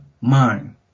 mind